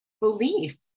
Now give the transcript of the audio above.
belief